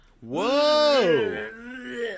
Whoa